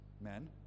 men